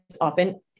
often